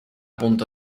punto